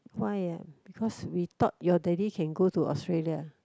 why uh because we thought your daddy can go to Australia